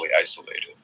isolated